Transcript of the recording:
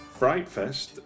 FrightFest